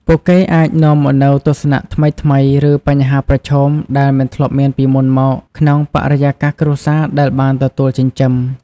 ពួកគេអាចនាំមកនូវទស្សនៈថ្មីៗ ឬបញ្ហាប្រឈមដែលមិនធ្លាប់មានពីមុនមកក្នុងបរិយាកាសគ្រួសារដែលបានទទួលចិញ្ចឹម។